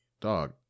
dog